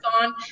on